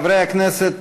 חברי הכנסת,